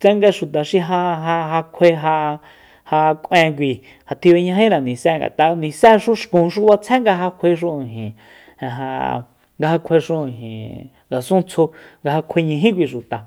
tsanga xuta xi ja- ja ja kjuae ja k'uen kui ja tjib'eñajíre nise ngat'a nisexu xkun xu b'atsje nga ja kjuaexu ijin ja nga ja kjuaexu ijin ngasuntsju nga ja kjuañají kui xuta